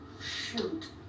Shoot